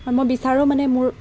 মই বিচাৰোঁ মানে মোৰ